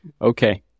Okay